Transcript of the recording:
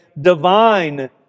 divine